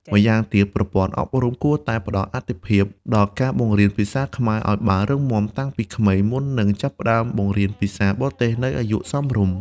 ម្យ៉ាងទៀត ប្រព័ន្ធអប់រំគួរតែផ្តល់អាទិភាពដល់ការបង្រៀនភាសាខ្មែរឱ្យបានរឹងមាំតាំងពីក្មេង មុននឹងចាប់ផ្តើមបង្រៀនភាសាបរទេសនៅអាយុសមរម្យ។